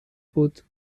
بود